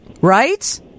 right